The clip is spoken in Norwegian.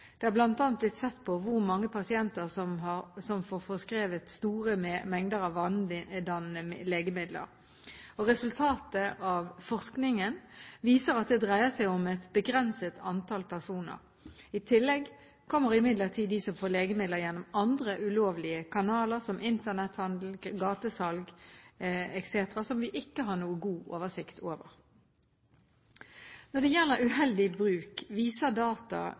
Det har bl.a. blitt sett på hvor mange pasienter som får forskrevet store mengder av vanedannende legemidler. Resultatene av forskningen viser at det dreier seg om et begrenset antall personer. I tillegg kommer imidlertid de som får legemidler gjennom andre og ulovlige kanaler, som Internett-handel, gatesalg etc., som vi ikke har noen god oversikt over. Når det gjelder uheldig bruk, viser data